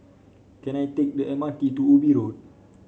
can I take the M R T to Ubi Road